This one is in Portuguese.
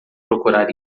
procurar